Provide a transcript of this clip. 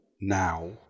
now